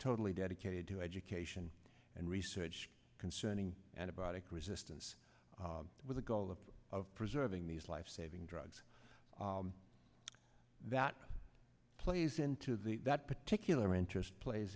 totally dedicated to education and research concerning and about it resistance with the goal of of preserving these lifesaving drugs that plays into the that particular interest plays